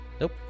Nope